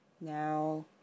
Now